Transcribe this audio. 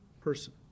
person